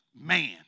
man